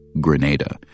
Grenada